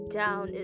down